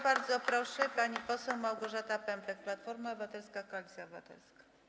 Bardzo proszę, pani poseł Małgorzata Pępek, Platforma Obywatelska - Koalicja Obywatelska.